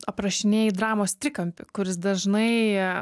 aprašinėjai dramos trikampį kuris dažnai